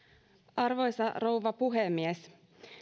arvoisa rouva puhemies